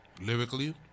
Lyrically